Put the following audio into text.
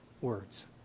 words